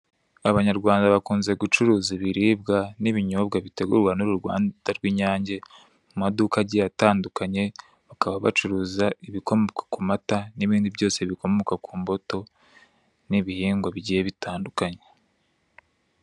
Abanyarwanda bakunda gucuruza ibiribwa n'ibinyobwa bitegurwa n'uruganda rwitwa inyange mu maduka agiyea atandukanye bakaba bacuruza ibikomoka kumata, n'ibindi byose bikomoka ku mbuto n'ibihingwa bigiye bitandukanye.